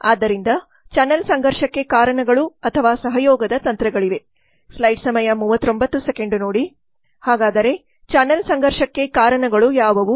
ಆದ್ದರಿಂದ ಚಾನಲ್ ಸಂಘರ್ಷಕ್ಕೆ ಕಾರಣಗಳು ಅಥವಾ ಸಹಯೋಗದ ತಂತ್ರಗಳಿವೆ ಹಾಗಾದರೆ ಚಾನಲ್ ಸಂಘರ್ಷಕ್ಕೆ ಕಾರಣಗಳು ಯಾವುವು